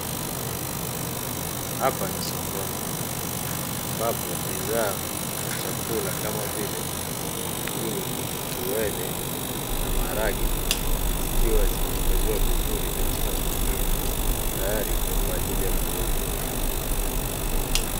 Hapa ni sokoni ambapo bidhaa za chakula kama vile mahindi, uwele na maharage zikiwa zimehifadhiwa vizuri katika magunia, tayari kwa ajili ya kuuzwa.